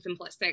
simplistic